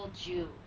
Jew